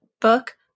book